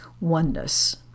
oneness